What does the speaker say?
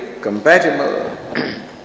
compatible